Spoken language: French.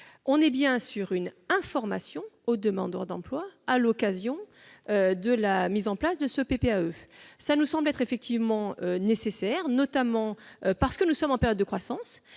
35 vise bien une information du demandeur d'emploi à l'occasion de la mise en place du PPAE, ce qui nous semble nécessaire, notamment parce que nous sommes en période de croissance.